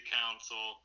council